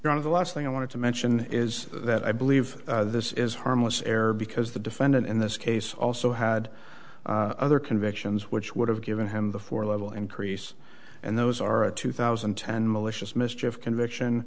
you're out of the last thing i want to mention is that i believe this is harmless error because the defendant in this case also had other convictions which would have given him the four level increase and those are a two thousand and ten malicious mischief conviction